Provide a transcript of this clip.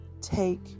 take